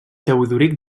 teodoric